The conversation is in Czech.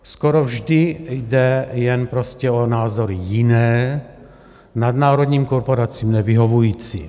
Skoro vždy jde jen o názory jiné, nadnárodním korporacím nevyhovující.